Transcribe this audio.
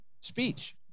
speech